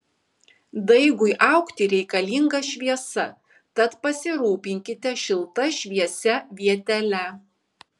daigui augti reikalinga šviesa tad pasirūpinkite šilta šviesia vietele